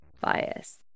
bias